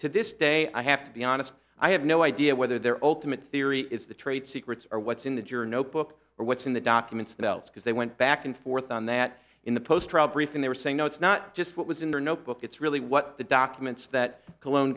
to this day i have to be honest i have no idea whether they're all timid theory is the trade secrets or what's in the journo book or what's in the documents themselves because they went back and forth on that in the post and they were saying no it's not just what was in the notebook it's really what the documents that cologne